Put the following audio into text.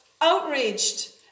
outraged